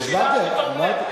השאלה בתום לב.